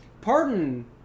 pardon